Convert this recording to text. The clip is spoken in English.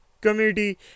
Committee